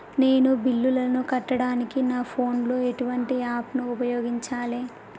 నేను బిల్లులను కట్టడానికి నా ఫోన్ లో ఎటువంటి యాప్ లను ఉపయోగించాలే?